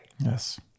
Yes